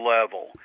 level